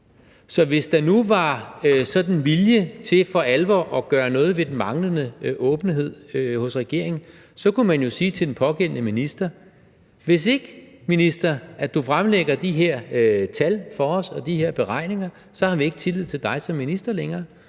Så hvis der nu sådan var vilje til for alvor at gøre noget ved den manglende åbenhed hos regeringen, kunne man jo sige til den pågældende minister: Hvis du, minister, ikke fremlægger de her tal og de her beregninger for os, har vi ikke tillid til dig som minister længere.